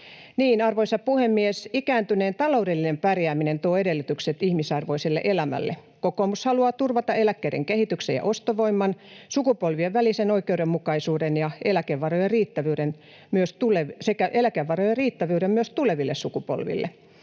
Arvoisa puhemies! Ikääntyneen taloudellinen pärjääminen tuo edellytykset ihmisarvoiselle elämälle. Kokoomus haluaa turvata eläkkeiden kehityksen ja ostovoiman, sukupolvien välisen oikeudenmukaisuuden sekä eläkevarojen riittävyyden myös tuleville sukupolville.